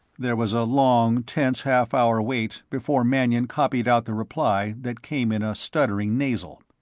there was a long tense half hour wait before mannion copied out the reply that came in a stuttering nasal.